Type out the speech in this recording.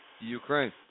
Ukraine